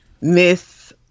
Miss